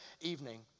evening